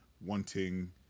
wanting